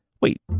wait